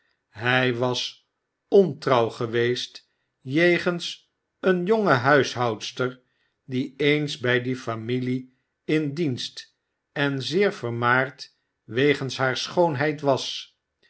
hy was ontrouw geweestjegens een jonge huishoudster die eens by die familie in dienst en zeer vermaard wegens haar schoonheid was